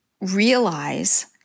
realize